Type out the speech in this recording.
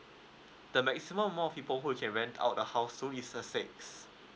the maximum more of people who you can rent out the house to is err six